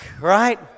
right